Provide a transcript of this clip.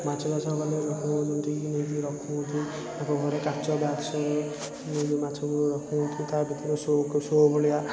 ମାଛ ଚାଷ କଲେ ଲୋକଙ୍କର ଯେମିତିକି ନେଇକି ରଖୁଛନ୍ତି ତାଙ୍କ ଘରେ କାଚ ବକ୍ସ ନେଇକି ମାଛକୁ ରଖନ୍ତି ତା' ଭିତରେ ସୋକୁ ସୋ ଭଳିଆ